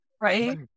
Right